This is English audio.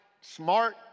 smart